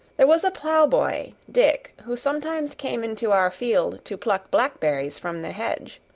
there was a plowboy, dick, who sometimes came into our field to pluck blackberries from the hedge.